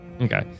okay